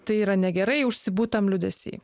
tai yra negerai užsibūt tam liūdesy